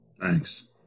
Thanks